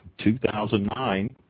2009